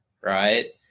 right